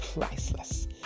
priceless